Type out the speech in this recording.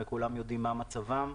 וכולם יודעים מה מצבן,